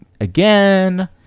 again